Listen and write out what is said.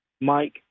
Mike